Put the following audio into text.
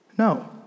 No